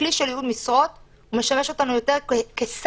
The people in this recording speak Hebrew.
הכלי של ייעוד משרות משמש אותנו יותר כסנקציה.